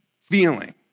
feeling